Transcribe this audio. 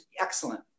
excellent